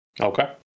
Okay